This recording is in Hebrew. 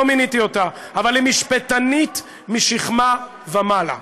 לא מיניתי אותה, אבל היא משפטנית משכמה ומעלה.